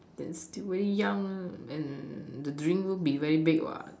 then still young the dream be very big what